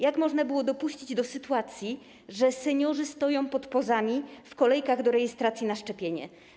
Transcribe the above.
Jak można było dopuścić do takiej sytuacji, że seniorzy stoją pod POZ-ami w kolejkach do rejestracji na szczepienie?